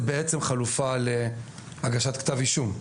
זה בעצם חלופה להגשת כתב אישום.